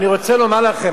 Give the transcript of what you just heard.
אני רוצה לומר לכם,